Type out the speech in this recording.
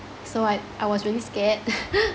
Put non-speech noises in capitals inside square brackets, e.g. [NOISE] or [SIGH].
so I I was really scared [LAUGHS]